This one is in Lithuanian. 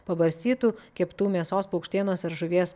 pabarstytų keptų mėsos paukštienos ar žuvies